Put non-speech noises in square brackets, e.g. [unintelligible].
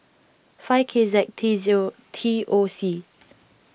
five K Z T [unintelligible] T O C